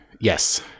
yes